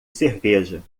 cerveja